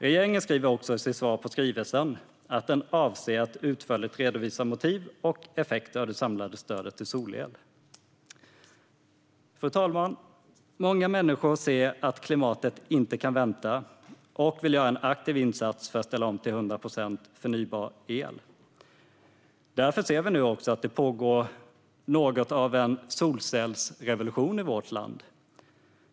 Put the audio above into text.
Regeringen skriver också i sitt svar på skrivelsen att man avser att utförligt redovisa motiv för och effekter av det samlade stödet till solel. Fru talman! Många människor ser att klimatet inte kan vänta och vill göra en aktiv insats för att ställa om till 100 procent förnybar el. Därför ser vi nu att det pågår något av en solcellsrevolution i vårt land.